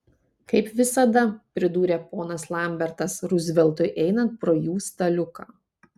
kaip visada pridūrė ponas lambertas ruzveltui einant pro jų staliuką